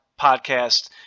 Podcast